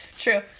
true